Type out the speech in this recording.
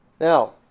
Now